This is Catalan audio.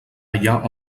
allà